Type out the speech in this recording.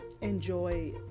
enjoy